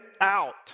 out